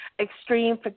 extreme